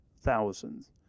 thousands